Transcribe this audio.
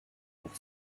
pour